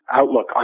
outlook